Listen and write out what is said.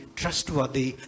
trustworthy